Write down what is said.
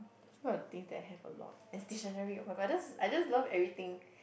what are the things that I have a lot as dictionary [oh]-my-god I just I just love everything